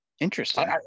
Interesting